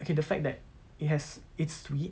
okay the fact that it has it's sweet